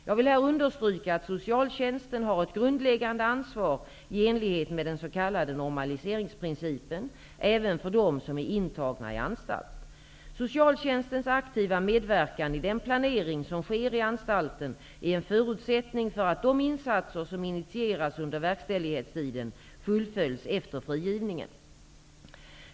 Jag vill här understryka att socialtjänsten har ett grundläggande ansvar i enlighet med den s.k. normaliseringsprincipen, även för dem som är intagna i anstalt. Socialtjänstens aktiva medverkan i den planering som sker i anstalten är en förutsättning för att de insatser som initieras under verkställighetstiden fullföljs efter frigivningen.